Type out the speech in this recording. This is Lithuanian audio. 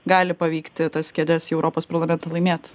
gali pavykti tas kėdes į europos parlamentam laimėt